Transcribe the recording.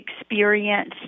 experience